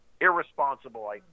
irresponsible